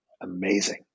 amazing